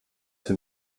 für